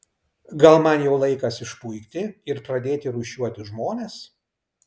gal man jau laikas išpuikti ir pradėti rūšiuoti žmones